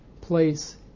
place